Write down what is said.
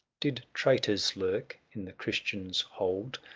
did traitors lurk in the christians' hold?